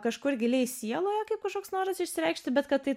kažkur giliai sieloje kaip kažkoks noras išsireikšti bet kad tai